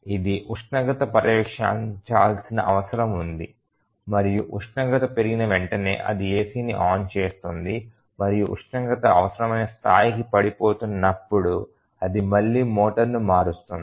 ఇది ఉష్ణోగ్రతను పర్యవేక్షించాల్సిన అవసరం ఉంది మరియు ఉష్ణోగ్రత పెరిగిన వెంటనే అది ACని ఆన్ చేస్తుంది మరియు ఉష్ణోగ్రత అవసరమైన స్థాయికి పడిపోతున్నప్పుడు అది మళ్ళీ మోటారును మారుస్తుంది